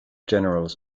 generals